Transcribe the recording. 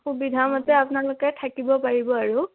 সুবিধা মতে আপোনালোকে থাকিব পাৰিব আৰু